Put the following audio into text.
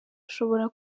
ushobora